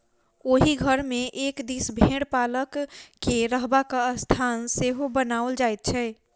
ओहि घर मे एक दिस भेंड़ पालक के रहबाक स्थान सेहो बनाओल जाइत छै